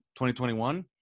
2021